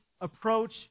approach